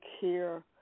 care